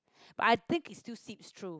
but I think it still seeps through